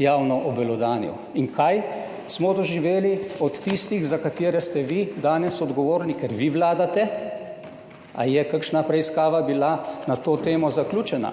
javno obelodanil? In kaj smo doživeli od tistih, za katere ste vi danes odgovorni, ker vi vladate? Ali je kakšna preiskava bila na to temo zaključena?